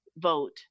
vote